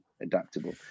adaptable